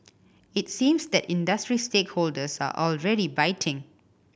it seems that industry stakeholders are already biting